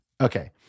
Okay